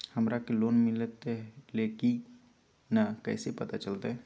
हमरा के लोन मिलता ले की न कैसे पता चलते?